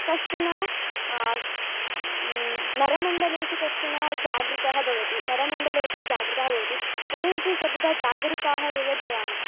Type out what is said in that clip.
कश्चन नरमण्डलेषु कश्चन जागृतः भवति नरमण्डलोऽपि जागृतः भवति वयमपि सर्वदा जागरूकाः एव भवामः